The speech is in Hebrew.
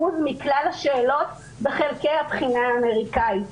מכלל השאלות בחלקי הבחינה האמריקאית.